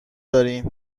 دارین